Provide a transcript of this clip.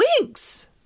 wings